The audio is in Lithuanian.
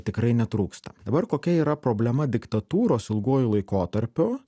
tikrai netrūksta dabar kokia yra problema diktatūros ilguoju laikotarpiu